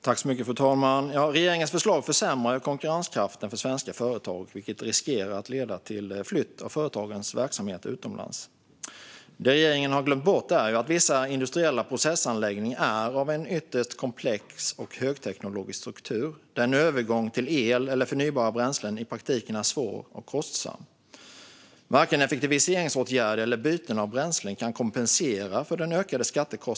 Fru talman! Regeringens förslag försämrar ju konkurrenskraften för svenska företag, vilket riskerar att leda till flytt av företagens verksamhet utomlands. Det regeringen har glömt bort är att vissa industriella processanläggningar har en ytterst komplex och högteknologisk struktur, vilket gör att en övergång till el eller förnybara bränslen i praktiken är svår och kostsam. Regeringen beaktar inte dessa omställningsprocesser i någon större omfattning.